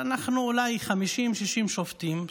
אנחנו אולי 50, 60, שופטים.